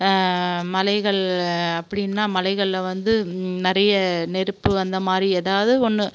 மலைகள் அப்படின்னா மலைகளில் வந்து நிறைய நெருப்பு அந்த மாதிரி ஏதாவது ஒன்று